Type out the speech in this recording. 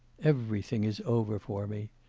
everything is over for me.